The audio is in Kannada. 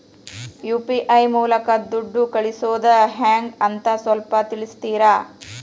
ಯು.ಪಿ.ಐ ಮೂಲಕ ದುಡ್ಡು ಕಳಿಸೋದ ಹೆಂಗ್ ಅಂತ ಸ್ವಲ್ಪ ತಿಳಿಸ್ತೇರ?